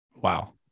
Wow